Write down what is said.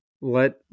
let